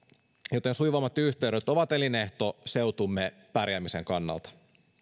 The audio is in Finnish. joten sujuvammat yhteydet ovat elinehto seutumme pärjäämisen kannalta